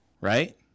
right